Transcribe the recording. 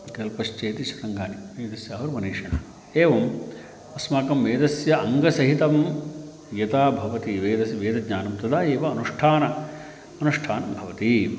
कल्पश्चेति षडङ्गानि वेदस्याहुर्मनीषिणः एवम् अस्माकं वेदस्य अङ्गसहितं यथा भवति वेदस्य वेदज्ञानं तदा एव अनुष्ठानम् अनुष्ठानं भवति